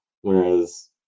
Whereas